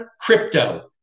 crypto